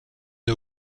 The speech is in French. n’a